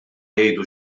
jgħidu